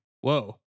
whoa